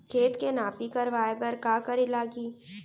खेत के नापी करवाये बर का करे लागही?